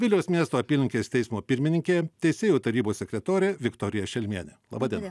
vilniaus miesto apylinkės teismo pirmininkė teisėjų tarybos sekretorė viktorija šelmienė laba diena